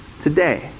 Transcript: Today